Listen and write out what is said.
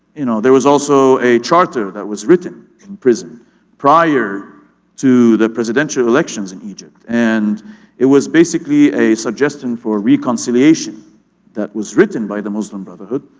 you know there was also a charter that was written in prison prior to the presidential elections in egypt, and it was basically a suggestion for reconciliation that was written by the muslim brotherhood